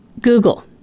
Google